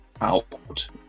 out